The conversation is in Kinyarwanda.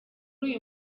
uyu